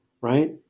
Right